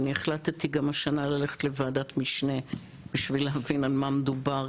אני החלטתי גם השנה ללכת לוועדת משנה בשביל להבין על מה מדובר,